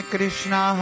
Krishna